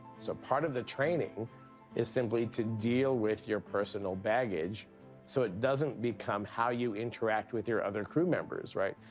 so, part of the training is simply to deal with your personal baggage so it doesn't become how you interact with your other crew members, right?